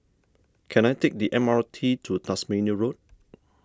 can I take the M R T to Tasmania Road